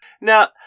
Now